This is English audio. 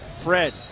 Fred